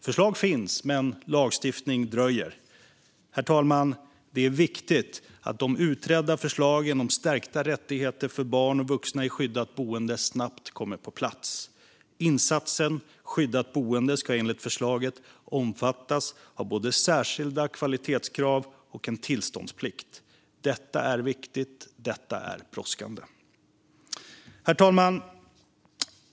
Förslag finns, men lagstiftning dröjer. Det är viktigt, herr talman, att de utredda förslagen om stärkta rättigheter för barn och vuxna i skyddat boende snabbt kommer på plats. Insatsen skyddat boende ska enligt förslaget omfattas av både särskilda kvalitetskrav och en tillståndsplikt. Detta är viktigt. Detta är brådskande. Herr talman!